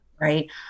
Right